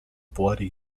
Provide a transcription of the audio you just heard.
bloody